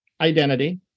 identity